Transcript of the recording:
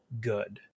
good